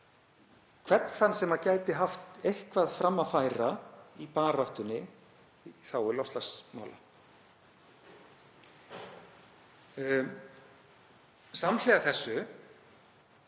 hvern þann sem gæti haft eitthvað fram að færa í baráttunni í þágu loftslagsmála. Samhliða þessu